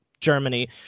Germany